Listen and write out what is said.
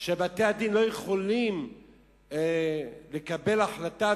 שבתי-הדין לא יכולים לקבל החלטה,